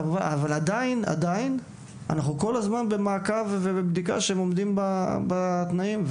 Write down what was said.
אבל עדיין אנחנו כל הזמן נמצאים במעקב ובבדיקה כדי לוודא שהם בתנאים,